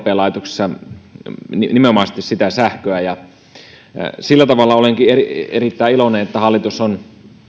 laitoksissa sitä sähköä sillä tavalla olenkin erittäin iloinen että hallitus on